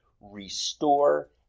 restore